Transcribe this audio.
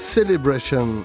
Celebration